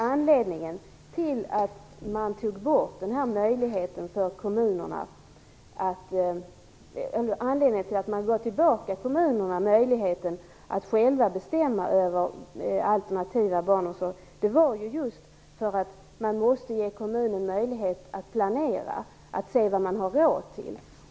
Anledningen till att kommunerna fick tillbaka möjligheten att själva bestämma över alternativ barnomsorg var att man måste ge kommunerna möjlighet att planera och se vad de har råd till.